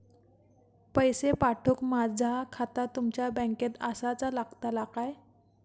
पैसे पाठुक माझा खाता तुमच्या बँकेत आसाचा लागताला काय?